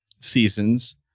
seasons